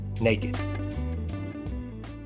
naked